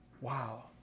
Wow